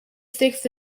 sticks